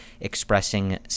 expressing